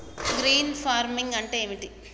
Green farming అంటే ఏమిటి?